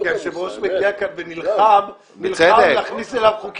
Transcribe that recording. את זה כי היושב ראש יושב כאן ונלחם להכניס אליו חוקים.